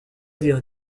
dire